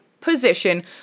position